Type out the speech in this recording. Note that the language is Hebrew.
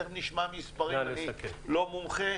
אני לא מומחה.